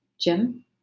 Jim